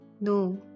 No